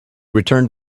returned